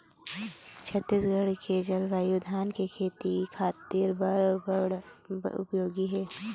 छत्तीसगढ़ के जलवायु धान के खेती खातिर बर बड़ उपयोगी हे